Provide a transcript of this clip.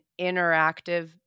interactive